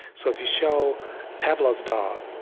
so, if you show pavlov's dog,